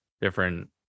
different